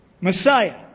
Messiah